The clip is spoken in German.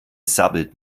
sabbelt